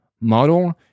model